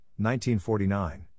1949